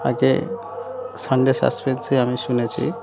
আগে সানডে সাসপেন্সে আমি শুনেছি